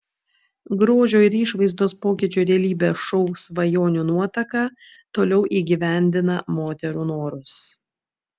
grožio ir išvaizdos pokyčių realybės šou svajonių nuotaka toliau įgyvendina moterų norus